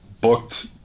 booked